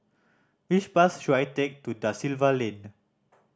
which bus should I take to Da Silva Lane